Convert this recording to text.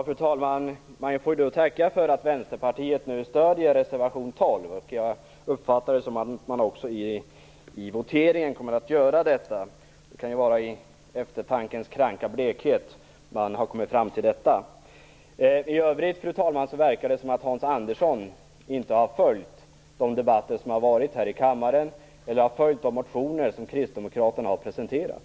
Fru talman! Man får tacka för att Vänsterpartiet nu stödjer reservation 12. Jag uppfattade också att man i voteringen kommer att göra det. Kanske har man kommit fram till detta i eftertankens kranka blekhet. I övrigt verkar det som om Hans Andersson inte har följt de debatter som har varit här i kammaren eller läst de motioner som Kristdemokraterna har presenterat.